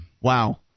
Wow